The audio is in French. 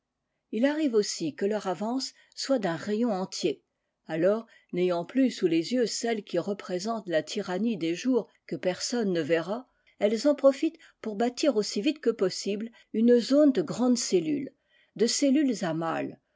il arrive aussi que leur avance soit d'un rayon entier alors n'ayant plus sous les yeux celle qui représente la tyrannie des jours que personne ne verra elles en profitent pour bâtir aussi vite que possible une zone de grandes cellules de cellules à